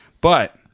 But-